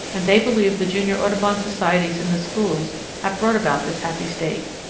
and they believe the junior audubon societies in the schools have brought about this happy state.